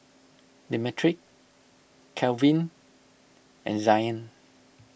Demetric Kalvin and Zion